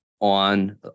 on